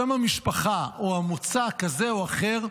שם המשפחה או המוצא, כזה או אחר,